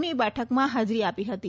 ની બેઠકમાં હાજરી આપી હતી